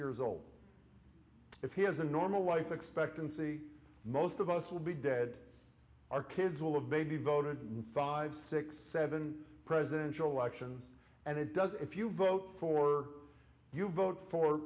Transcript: years old if he has a normal life expectancy most of us will be dead our kids will of baby voted in five six seven presidential elections and it does if you vote for you vote for